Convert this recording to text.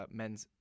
men's